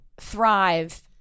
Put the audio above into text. thrive